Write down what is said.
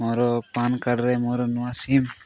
ମୋର ପାନ୍ କାର୍ଡ଼ରେ ମୋର ନୂଆ ସିମ୍